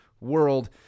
world